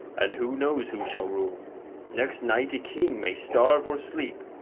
and who knows who shall rule next night a king may starve or sleep,